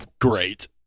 great